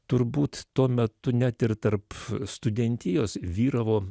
turbūt tuo metu net ir tarp studentijos vyravo